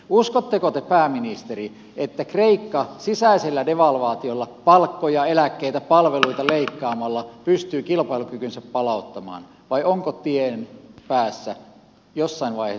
uskotteko te pääministeri että kreikka sisäisellä devalvaatiolla palkkoja eläkkeitä palveluita leikkaamalla pystyy kilpailukykynsä palauttamaan vai onko tien päässä jossain vaiheessa ero eurosta